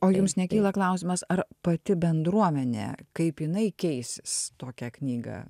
o jums nekyla klausimas ar pati bendruomenė kaip jinai keisis tokią knygą